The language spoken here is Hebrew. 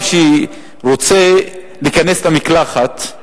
מהשכבות החלשות שרוצה להיכנס למקלחת,